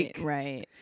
right